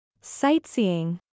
Sightseeing